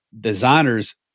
designers